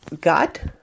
got